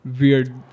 Weird